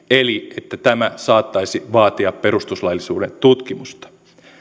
sen että tämä saattaisi vaatia perustuslaillisuuden tutkimusta